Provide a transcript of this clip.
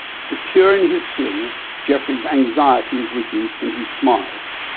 secure in his sling geoffrey's anxiety is reduced and he smiles.